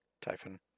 typhon